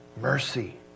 mercy